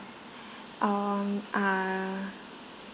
um are